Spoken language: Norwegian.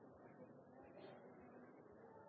jeg nå det på nytt er på